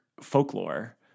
folklore